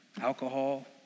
alcohol